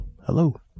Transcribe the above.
hello